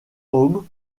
home